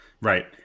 Right